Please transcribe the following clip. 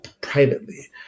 privately